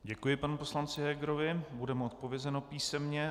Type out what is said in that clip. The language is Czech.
Děkuji panu poslanci Hegerovi, bude mu odpovězeno písemně.